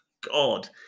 God